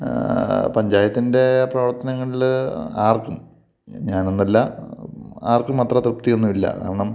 പഞ്ചായത്തിൻ്റെ പ്രവർത്തനങ്ങളിൽ ആർക്കും ഞാനെന്നല്ല ആർക്കും അത്ര തൃപ്തിയൊന്നുമില്ല കാരണം